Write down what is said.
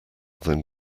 than